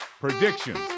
predictions